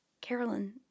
Carolyn